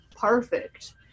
perfect